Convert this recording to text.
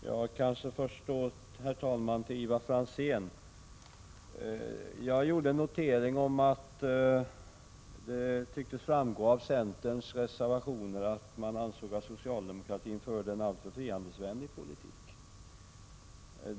Herr talman! Jag vill först vända mig till Ivar Franzén. Jag noterade i mitt anförande att det tycktes framgå av centerns reservationer att centern ansåg att socialdemokratin förde en alltför frihandelsvänlig politik.